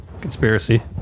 Conspiracy